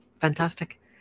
fantastic